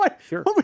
Sure